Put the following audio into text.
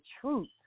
truth